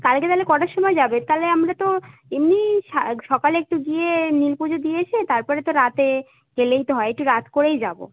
কালকে তাহলে কটার সময় যাবে তাহলে আমরা তো এমনি সকালে একটু গিয়ে নীলপুজো দিয়ে এসে তারপরে তো রাতে গেলেই তো হয় একটু রাত করেই যাব